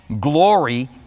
glory